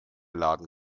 laden